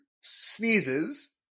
sneezes